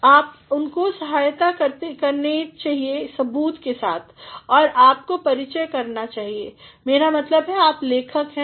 तो आप उनकी सहायता करनी चाहिए सबूत के साथ और आपको परिचय करना चाहिए मेरा मतलब आप लेखक हैं